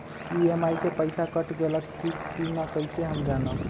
EMI के पईसा cut गेलक कि ना कइसे हम जानब?